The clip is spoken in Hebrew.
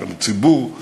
של הציבור,